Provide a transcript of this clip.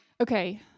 Okay